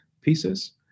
pieces